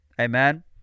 Amen